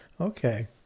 Okay